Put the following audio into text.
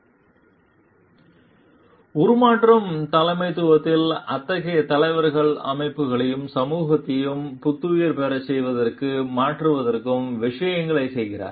slide நேரம் 1133 பார்க்கவும் உருமாற்றும் தலைமைத்துவத்தில் அத்தகைய தலைவர்கள் அமைப்புகளையும் சமூகத்தையும் புத்துயிர் பெறச் செய்வதற்கும் மாற்றுவதற்கும் விஷயங்களைச் செய்கிறார்கள்